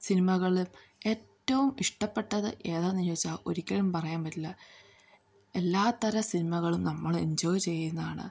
സിനിമകള് ഏറ്റവും ഇഷ്ടപ്പെട്ടത് ഏതാന്ന് ചോദിച്ചാല് ഒരിക്കലും പറയാൻ പറ്റില്ല എല്ലാത്തര സിനിമകളും നമ്മൾ എൻജോയ് ചെയ്യുന്നതാണ്